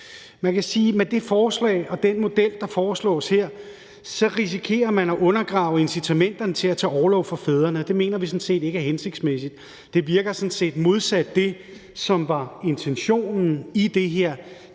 Man kan sige, at med det forslag og den model, der foreslås her, risikerer man at undergrave incitamenterne til at tage orlov for fædrene, og det mener vi sådan set ikke er hensigtsmæssigt. Det virker sådan set modsat det, som var intentionen med det her,